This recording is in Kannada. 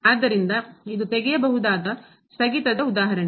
ಆದ್ದರಿಂದ ಇದು ತೆಗೆಯಬಹುದಾದ ಸ್ಥಗಿತದ ಉದಾಹರಣೆ